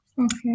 okay